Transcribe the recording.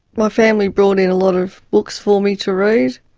my family brought in a lot of books for me to read.